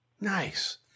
Nice